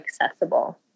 accessible